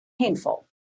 painful